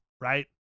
right